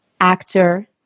actor